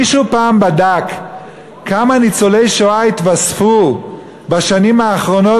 מישהו פעם בדק כמה ניצולי שואה התווספו בשנים האחרונות